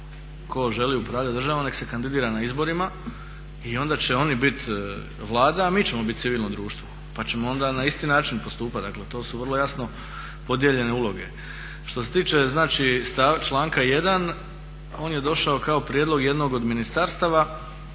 Tko želi upravljati državom neka se kandidira na izborima i onda će oni biti vlada, a mi ćemo biti civilno društvo pa ćemo onda na isti način postupati, dakle to su vrlo jasno podijeljene uloge. Što se tiče članka 1.on je došao kao prijedlog jednog od ministarstava